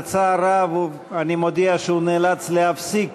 בצער רב אני מודיע שהוא נאלץ להפסיק